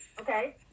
okay